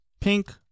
pink